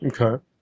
Okay